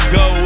go